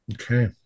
Okay